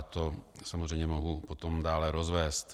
To samozřejmě mohu potom dále rozvést.